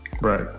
Right